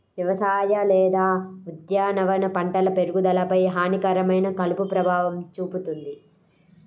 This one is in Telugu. వ్యవసాయ లేదా ఉద్యానవన పంటల పెరుగుదలపై హానికరమైన కలుపు ప్రభావం చూపుతుంది